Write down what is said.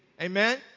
Amen